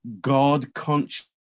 God-conscious